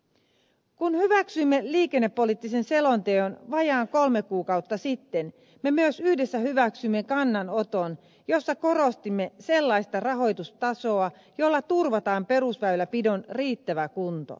kun hyväksyimme liikennepoliittisen selon teon vajaat kolme kuukautta sitten me myös yhdessä hyväksyimme kannanoton jossa korostimme sellaista rahoitustasoa jolla turvataan perusväylänpidon riittävä kunto